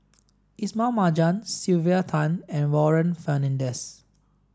Ismail Marjan Sylvia Tan and Warren Fernandez